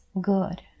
good